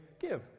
Give